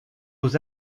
aux